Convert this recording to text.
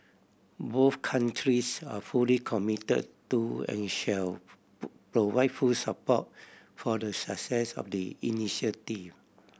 both countries are fully commit to and shall provide full support for the success of the initiative